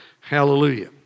Hallelujah